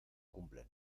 cumplen